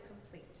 complete